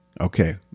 Okay